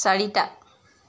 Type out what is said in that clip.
চাৰিটা